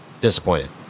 Disappointed